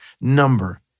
number